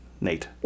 Nate